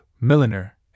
Milliner